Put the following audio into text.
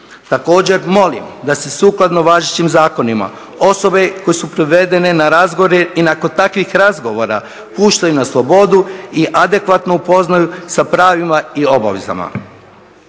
Također molim da se sukladno važećim zakonima osobe koje su privedene na razgovore i nakon takvih razgovora puštaju na slobodu i adekvatno upoznaju sa pravima i obavezama.